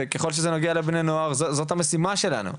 וככל שזה נוגע לבני נוער זאת המשימה שלנו.